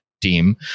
team